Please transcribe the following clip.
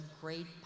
great